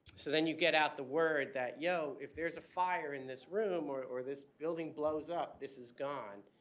so then you get out the word that yo, if there's a fire in this room or or this building blows up this is gone.